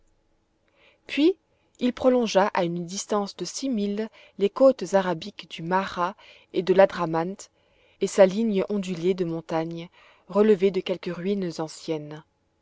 puis il prolongea à une distance de six milles les côtes arabiques du mahrah et de l'hadramant et sa ligne ondulée de montagnes relevée de quelques ruines anciennes